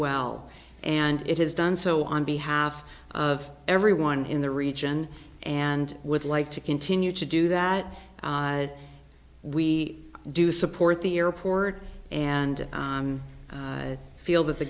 well and it has done so on behalf of everyone in the region and would like to continue to do that we do support the airport and feel that the